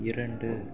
இரண்டு